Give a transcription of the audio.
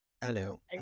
Hello